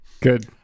good